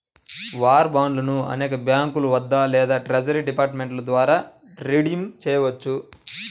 war బాండ్లను అనేక బ్యాంకుల వద్ద లేదా ట్రెజరీ డిపార్ట్మెంట్ ద్వారా రిడీమ్ చేయవచ్చు